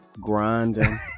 grinding